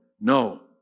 no